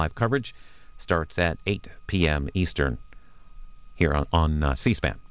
live coverage starts at eight p m eastern here on c span